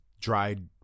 dried